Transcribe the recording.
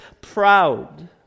proud